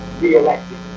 re-elected